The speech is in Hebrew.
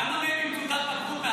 לכמה מהם יש תעודות בגרות?